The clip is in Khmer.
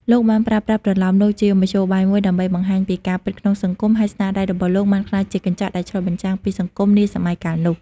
លោកបានប្រើប្រាស់ប្រលោមលោកជាមធ្យោបាយមួយដើម្បីបង្ហាញពីការពិតក្នុងសង្គម ហើយស្នាដៃរបស់លោកបានក្លាយជាកញ្ចក់ដែលឆ្លុះបញ្ចាំងពីសង្គមនាសម័យកាលនោះ។